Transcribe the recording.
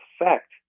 effect